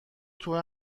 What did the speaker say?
توی